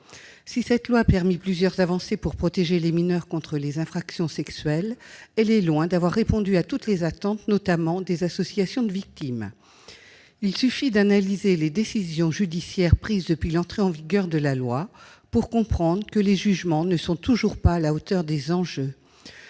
Si cette loi a permis plusieurs avancées pour protéger les mineurs contre les infractions sexuelles, elle est loin d'avoir répondu à toutes les attentes, notamment des associations de victimes. Il suffit d'analyser les décisions judiciaires prises depuis l'entrée en vigueur de la loi pour comprendre que les jugements ne sont toujours pas à la hauteur des enjeux.